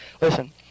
Listen